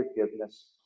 forgiveness